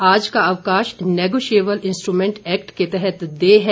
आज का अवकाश नेगोशिएबल इंस्ट्रूमेंट एक्ट के तहत देय है